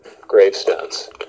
gravestones